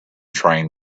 train